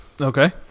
Okay